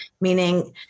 meaning